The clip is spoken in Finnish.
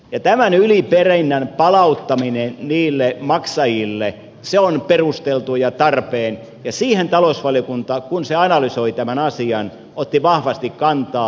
ja tämän yliperinnän palauttaminen niille maksajille on perusteltu ja tarpeen ja siihen talousvaliokunta kun se analysoi tämän asian otti vahvasti kantaa